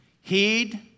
Heed